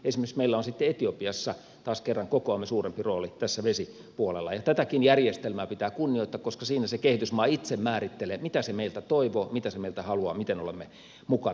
esimerkiksi meillä on sitten etiopiassa taas kerran kokoamme suurempi rooli tässä vesipuolella ja tätäkin järjestelmää pitää kunnioittaa koska siinä se kehitysmaa itse määrittelee mitä se meiltä toivoo mitä se meiltä haluaa miten olemme mukana